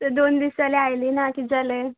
दोन दीस जाले आयली ना कितें जालें